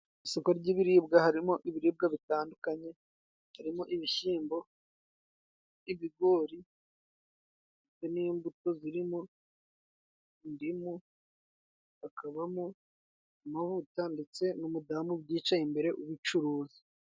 Mu isoko ry'ibiribwa harimo ibiribwa bitandukanye: Harimo ibishyimbo, ibigori n'imbuto zirimo indimu, hakabamo amavuta ndetse n'umudamu Ubyicaye imbere ubucuruza.